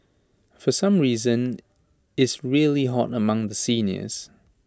for some reason is really hot among the seniors